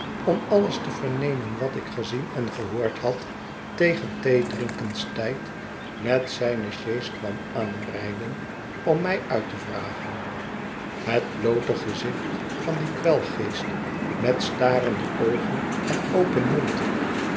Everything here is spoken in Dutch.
om alles te vernemen wat ik gezien en gehoord had tegen theedrinkenstijd met zijne sjees kwam aanrijden om mij uit te vragen het bloote gezicht van dien kwelgeest met starende oogen en open mond